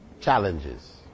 challenges